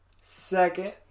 Second